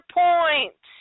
point